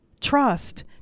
trust